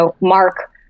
mark